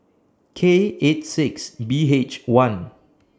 K eight six B H one